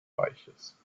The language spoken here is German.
reiches